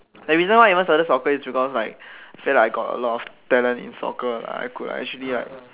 like reason why I even started soccer was like I feel like I got a lot of talent in soccer like I could actually like